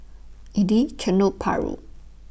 Idly Chendol Paru